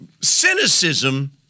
Cynicism